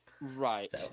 Right